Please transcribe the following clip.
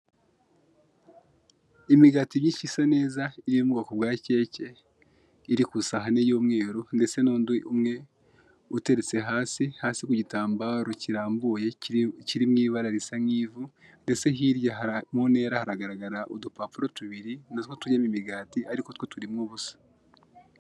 Imigati myinshi isa neza iri mu bwoko bwa keke, iri ku isahani y'umweru ndetse n'undi umwe uteretse hasi, hasi ku gitambaro kirambuye kiri mu ibara risa nk'ivu, ndetse hirya mu ntera hagaragara udupapuro tubiri natwo turimo imigati ariko two turimo ubusa.